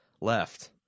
Left